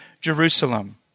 Jerusalem